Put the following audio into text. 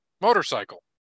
motorcycle